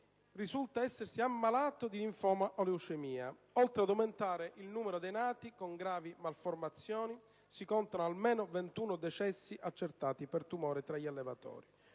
risulta essersi ammalato di linfoma o leucemia. Oltre ad aumentare il numero dei nati con gravi malformazioni, si contano almeno 21 decessi accertati per tumore tra gli allevatori.